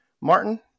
Martin